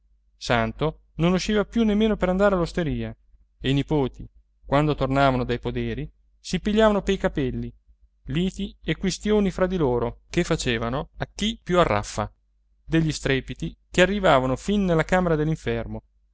santo non usciva più nemmeno per andare all'osteria e i nipoti quando tornavano dai poderi si pigliavano pei capelli liti e quistioni fra di loro che facevano a chi più arraffa degli strepiti che arrivavano fin nella camera